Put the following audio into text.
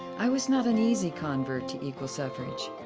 i was not an easy convert to equal suffrage.